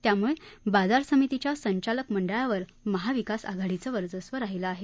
त्यामुळे बाजार समितीच्या संचालक मंडळावर महाविकास आघाडीचं वर्चस्व राहिलं आहे